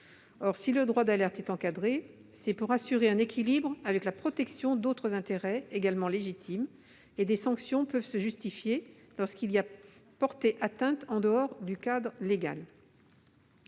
Or, si le droit d'alerte est encadré, c'est pour assurer un équilibre avec la protection d'autres intérêts également légitimes. Des sanctions peuvent se justifier lorsque ces intérêts ont subi des atteintes en dehors du cadre légal.